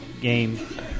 game